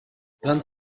vingt